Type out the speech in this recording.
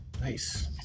Nice